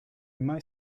mai